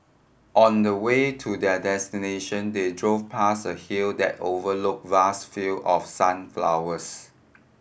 on the way to their destination they drove past a hill that overlook vast field of sunflowers